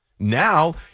Now